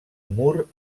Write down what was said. mur